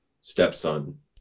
stepson